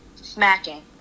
Smacking